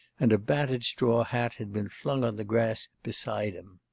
and a battered straw hat had been flung on the grass beside him.